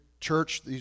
church